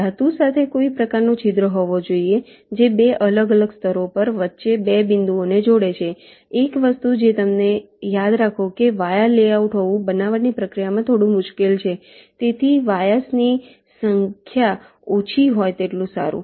ધાતુ સાથેનો કોઈ પ્રકારનો છિદ્ર હોવો જોઈએ જે 2 અલગ અલગ સ્તરો પર વચ્ચે 2 બિંદુઓને જોડે છે એક વસ્તુ જે તમે યાદ રાખો છો કે વાયા લેઆઉટ હોવું બનાવટની પ્રક્રિયામાં થોડું મુશ્કેલ છે તેથી વાયાસ ની સંખ્યા ઓછી હોય તેટલું સારું